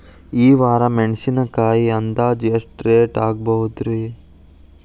ಈ ವಾರ ಮೆಣಸಿನಕಾಯಿ ಅಂದಾಜ್ ಎಷ್ಟ ರೇಟ್ ಆಗಬಹುದ್ರೇ?